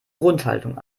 grundhaltung